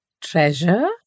Treasure